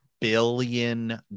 billion